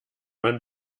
man